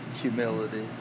humility